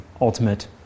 ultimate